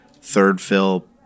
third-fill